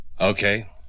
Okay